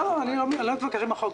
אני לא מתווכח עם החוק.